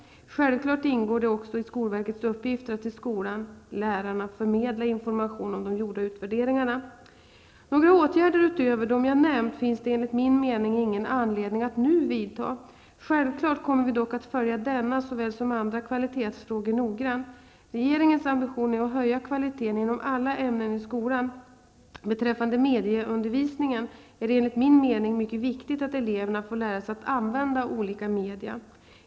Självfallet ingår det också i skolverkets uppgifter att till skolan/lärarna förmedla information om de gjorda utvärderingarna. Några åtgärder utöver den jag nämnt finns det enligt min mening ingen anledning att nu vidta. Självfallet kommer vi dock att följa såväl denna som andra kvalitetsfrågor noggrant. Regeringens ambition är att höja kvaliteten inom alla ämnen i skolan. Beträffande medieundervisningen är det enligt min mening mycket viktigt att eleverna får lära sig använda olika medier.